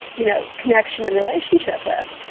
you know, connection and relationship with.